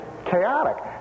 chaotic